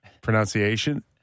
pronunciation